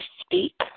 speak